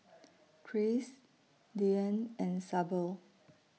Kris Deeann and Sable